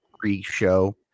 pre-show